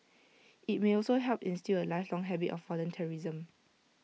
IT may also help instil A lifelong habit of volunteerism